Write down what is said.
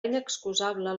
inexcusable